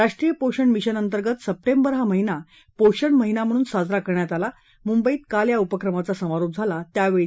राष्ट्रीय पोषण मिशन अंतर्गत सप्टेंबर हा महिना पोषण महिना म्हणून साजरा करण्यात आला मुंबईत काल या उपक्रमाचा समारोप झाला त्यावेळी त्या बोलत होत्या